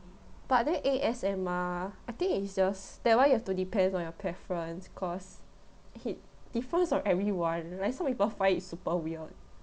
but that A_S_M_R I think is just that one you have to depend on your preference cause it differs on everyone some people find it super weird